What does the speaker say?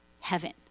heaven